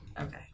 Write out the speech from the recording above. okay